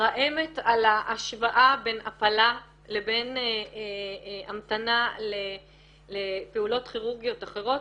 מתרעמת על ההשוואה בין הפלה לבין המתנה לפעולות כירורגיות אחרות.